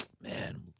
Man